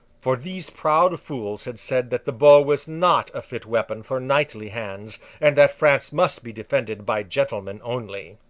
for these proud fools had said that the bow was not a fit weapon for knightly hands, and that france must be defended by gentlemen only.